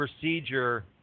procedure